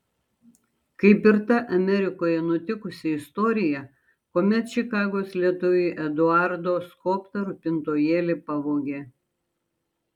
kaip ir ta amerikoje nutikusi istorija kuomet čikagos lietuviui eduardo skobtą rūpintojėlį pavogė